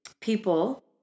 people